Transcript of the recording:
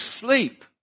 sleep